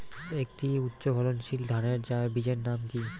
একটি উচ্চ ফলনশীল ধানের বীজের নাম কী?